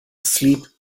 sleep